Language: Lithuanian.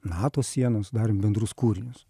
nato sienos darėm bendrus kūrinius